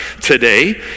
today